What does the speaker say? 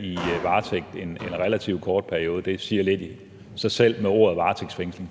i varetægt i en relativt kort periode? Det siger lidt sig selv med ordet varetægtsfængsling.